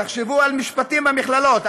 תחשבו על משפטים במכללות.